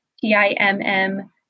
T-I-M-M